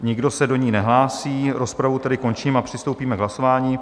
Nikdo se do ní nehlásí, rozpravu tedy končím a přistoupíme k hlasování.